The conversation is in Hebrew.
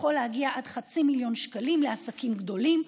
שיכול להגיע עד חצי מיליון שקלים לעסקים גדולים.